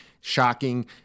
shocking